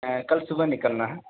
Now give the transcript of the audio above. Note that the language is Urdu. کل صبح نکلنا ہے